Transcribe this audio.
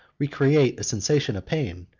we create a sensation of pain,